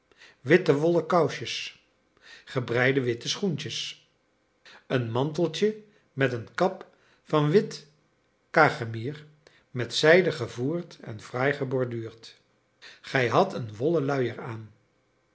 witte wollen kousjes gebreide witte schoentjes een manteltje met een kap van wit cachemir met zijde gevoerd en fraai geborduurd gij hadt een wollen luier aan